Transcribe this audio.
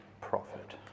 Profit